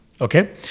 Okay